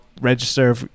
register